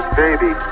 baby